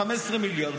15 מיליארד,